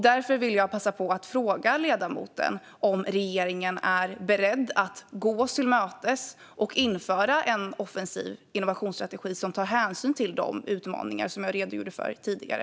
Därför vill jag passa på att fråga ledamoten om regeringen är beredd att gå oss till mötes och införa en offensiv innovationsstrategi som tar hänsyn till de utmaningar som jag redogjorde för tidigare.